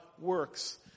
works